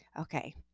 Okay